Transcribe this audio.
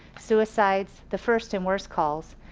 suicides, the first and worst calls.